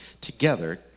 together